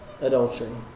adultery